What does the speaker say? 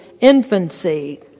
infancy